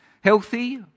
Healthy